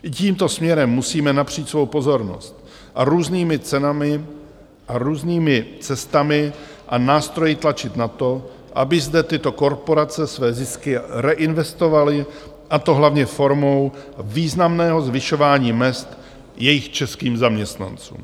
I tímto směrem musíme napřít svou pozornost a různými cestami a nástroji tlačit na to, aby zde tyto korporace své zisky reinvestovaly, a to hlavně formou významného zvyšování mezd jejich českým zaměstnancům.